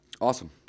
Awesome